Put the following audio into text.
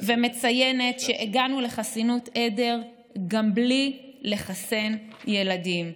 ומציינת שהגענו לחסינות עדר גם בלי לחסן ילדים.